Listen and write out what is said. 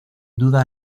duda